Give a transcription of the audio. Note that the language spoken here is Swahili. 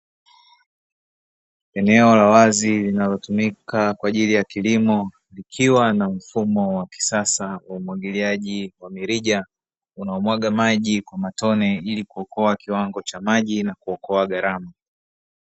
Eneo la wazi linalotumika kwa ajili ya kilimo, likiwa na mfumo wa kisasa wa umwagiliaji wa mirija unaomwaga maji kwa matone ili kuokoa kiwango cha maji na kuokoa gharama.